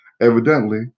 Evidently